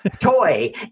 toy